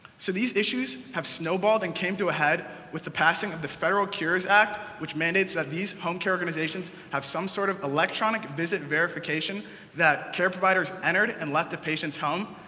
so these issues have snowballed and came to a head with the passing of the federal cures act, which mandates that these home-care organizations have some sort of electronic-visit verification that care providers entered and left the patients' home,